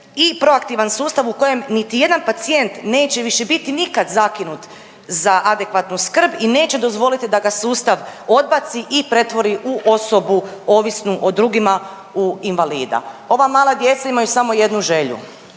i proaktivan sustav u kojem niti jedan pacijent neće više biti nikad zakinut za adekvatnu skrb i neće dozvoliti da ga sustav odbaci i pretvori u osobu ovisnu o drugima u invalida. Ova mala djeca imaju samo jednu želju,